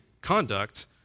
conduct